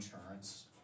insurance